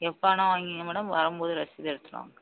எப்போ வேணா வாங்கிக்கங்க மேடம் வரும்போது ரசீது எடுத்துகிட்டு வாங்க